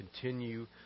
continue